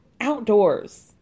outdoors